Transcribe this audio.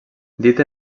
dit